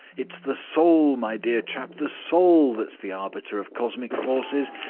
it's the soul, my dear chap, the soul that's the arbiter of cosmic forces.